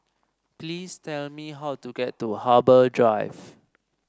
please tell me how to get to Harbour Drive